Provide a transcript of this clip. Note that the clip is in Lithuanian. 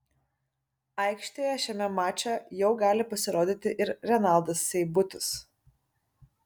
aikštėje šiame mače jau gali pasirodyti ir renaldas seibutis